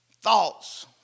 thoughts